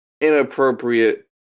inappropriate